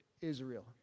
Israel